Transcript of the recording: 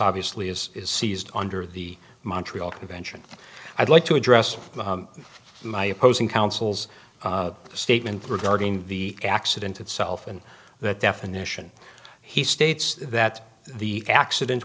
obviously is seized under the montreal convention i'd like to address my opposing counsel's statement regarding the accident itself and that definition he states that the accident